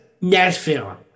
Nashville